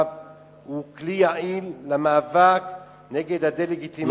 לתודעה היא כלי יעיל למאבק נגד הדה-לגיטימציה,